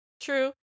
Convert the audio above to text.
True